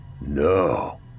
No